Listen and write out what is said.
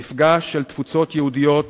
מפגש של תפוצות יהודיות